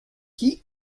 qui